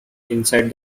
inside